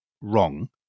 wrong